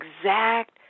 exact